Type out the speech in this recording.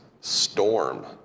storm